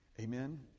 Amen